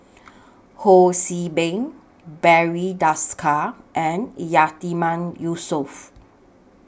Ho See Beng Barry Desker and Yatiman Yusof